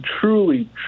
truly